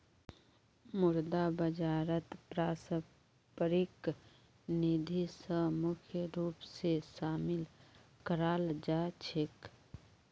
मुद्रा बाजारत पारस्परिक निधि स मुख्य रूप स शामिल कराल जा छेक